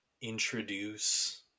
introduce